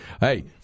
Hey